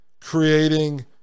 creating